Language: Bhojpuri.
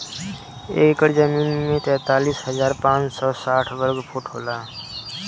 एक एकड़ जमीन तैंतालीस हजार पांच सौ साठ वर्ग फुट होला